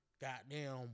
goddamn